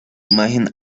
imagen